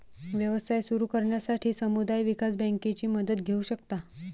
व्यवसाय सुरू करण्यासाठी समुदाय विकास बँकेची मदत घेऊ शकता